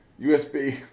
USB